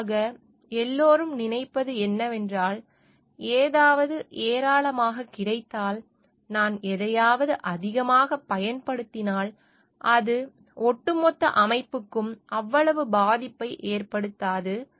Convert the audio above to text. பொதுவாக எல்லோரும் நினைப்பது என்னவென்றால் ஏதாவது ஏராளமாக கிடைத்தால் நான் எதையாவது அதிகமாகப் பயன்படுத்தினால் அது ஒட்டுமொத்த அமைப்புக்கும் அவ்வளவு பாதிப்பை ஏற்படுத்தாது